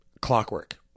clockwork